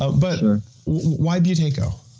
ah but why buteyko?